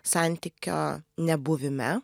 santykio nebuvime